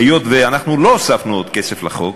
היות שאנחנו לא הוספנו כסף לחוק